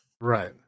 right